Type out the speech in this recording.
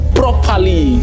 properly